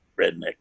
redneck